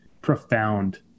profound